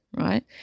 right